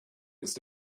ist